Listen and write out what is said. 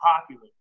popular